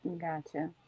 Gotcha